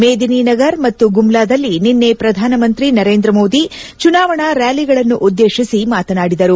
ಮೇದಿನಿ ನಗರ್ ಮತ್ತು ಗುಮ್ಲಾದಲ್ಲಿ ನಿನ್ನೆ ಪ್ರಧಾನ ಮಂತ್ರಿ ನರೇಂದ್ರ ಮೋದಿ ಚುನಾವಣಾ ರ್ಕಾಲಿಗಳನ್ನು ಉದ್ದೇಶಿಸಿ ಮಾತನಾಡಿದರು